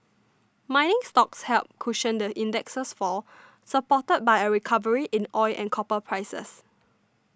mining stocks helped cushion the index's fall supported by a recovery in oil and copper prices